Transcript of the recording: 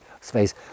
Space